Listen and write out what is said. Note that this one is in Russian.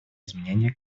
изменения